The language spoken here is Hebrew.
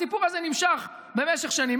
הסיפור הזה נמשך במשך שנים,